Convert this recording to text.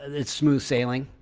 it's smooth sailing.